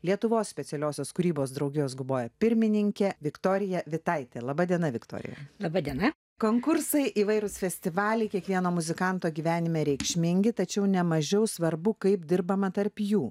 lietuvos specialiosios kūrybos draugijos guboja pirmininkė viktorija vitaitė laba diena viktorija laba diena konkursai įvairūs festivaliai kiekvieno muzikanto gyvenime reikšmingi tačiau nemažiau svarbu kaip dirbama tarp jų